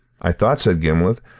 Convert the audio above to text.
i thought, said gimblet,